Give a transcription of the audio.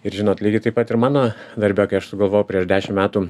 ir žinot lygiai taip pat ir mano darbe kai aš sugalvojau prieš dešim metų